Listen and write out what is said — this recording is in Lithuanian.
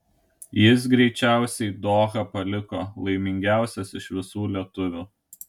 jis greičiausiai dohą paliko laimingiausias iš visų lietuvių